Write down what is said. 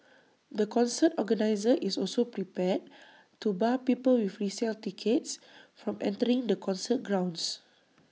the concert organiser is also prepared to bar people with resale tickets from entering the concert grounds